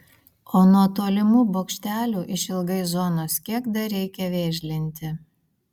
o nuo tolimų bokštelių išilgai zonos kiek dar reikia vėžlinti